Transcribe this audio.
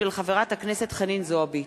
הצעה שהעלתה חברת הכנסת חנין זועבי.